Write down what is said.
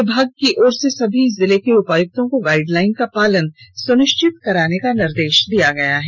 विभाग की ओर से सभी जिले के उपायुक्तों को गाइडलाइन का पालन सुनश्चित कराने का निर्देश दिया गया है